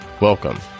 Welcome